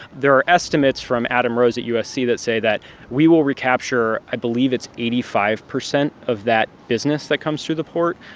there are estimates from adam rose at usc that say that we will recapture i believe it's eighty five percent of that business that comes through the port,